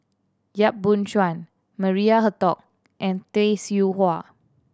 Yap Boon Chuan Maria Hertogh and Tay Seow Huah